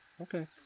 Okay